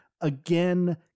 again